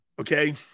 okay